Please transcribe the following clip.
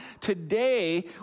Today